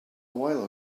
while